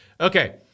Okay